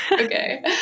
Okay